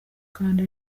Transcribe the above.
kandi